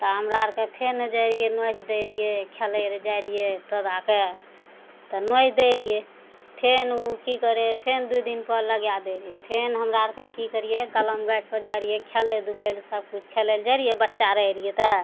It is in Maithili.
तऽ हमरा अरके फेन जाइ रहियइ नोचि दै रहियइ खेलय रऽ जाइ रहियइ तोताके तऽ नोचि दै रहियइ फेन उ की करय फेन दू दिनपर लगा दै रहय फेन हमरा अरके की करियै कलम गाछिपर जाइ रहियइ खेलय धूपय लए सबकिछु खेलय लए जाइ रहियै बच्चा रहय रहियइ तऽ